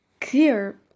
clear